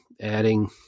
adding